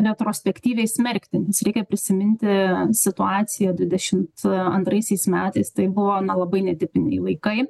retrospektyviai smerkti nes reikia prisiminti situaciją dvidešimt antraisiais metais tai buvo na labai netipiniai laikai